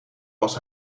was